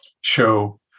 show